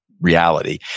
reality